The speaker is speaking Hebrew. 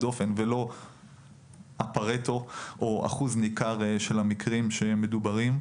דופן ולא אחוז ניכר של המקרים המדוברים.